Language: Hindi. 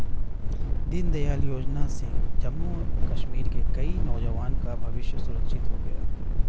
दीनदयाल योजना से जम्मू कश्मीर के कई नौजवान का भविष्य सुरक्षित हो गया